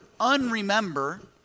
unremember